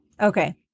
Okay